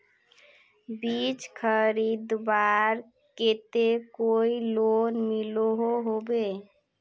बीज खरीदवार केते कोई लोन मिलोहो होबे?